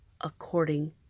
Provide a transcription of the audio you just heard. according